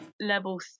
level